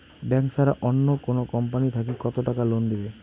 Bank ছাড়া অন্য কোনো কোম্পানি থাকি কত টাকা লোন দিবে?